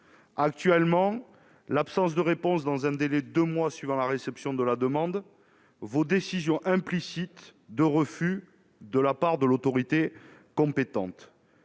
Actuellement, l'absence de réponse dans un délai de deux mois suivant la réception de la demande vaut décision implicite de refus de la part de l'autorité compétente.